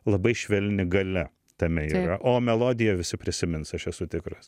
labai švelni galia tame yra o melodiją visi prisimins aš esu tikras